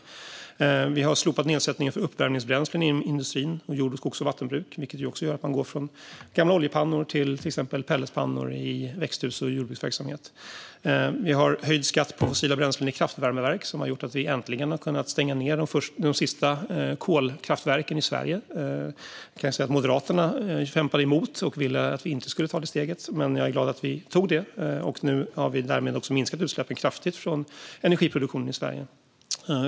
Vi har slopat nedsättningen för uppvärmningsbränslen inom industrin och jord-, skogs och vattenbruk, vilket gör att man till exempel går från gamla oljepannor till exempelvis pelletspannor i växthus och jordbruksverksamhet. Vi har höjt skatten på fossila bränslen i kraftvärmeverk, vilket har gjort att vi äntligen har kunnat stänga de sista kolkraftverken i Sverige. Moderaterna kämpade emot och ville att vi inte skulle ta det steget, men jag är glad att vi tog det. Därmed har vi också kraftigt minskat utsläppen från energiproduktionen i Sverige.